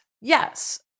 Yes